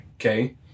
Okay